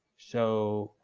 so